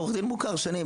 זה עורך דין מוכר שנים,